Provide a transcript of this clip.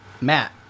Matt